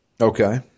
Okay